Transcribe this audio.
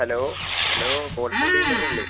hello hello wholesale ഡീലറല്ലെ